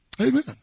Amen